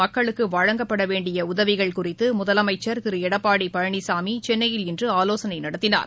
மக்களுக்குவழங்கப்படவேண்டியஉதவிகள் குறித்துமுதலமைச்சர் திருஎடப்பாடிபழனிசாமிசென்னையில் இன்றுஆலோசனைநடத்தினார்